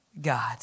God